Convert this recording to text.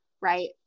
right